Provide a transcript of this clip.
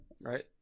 right